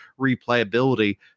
replayability